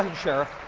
um sheriff.